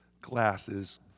glasses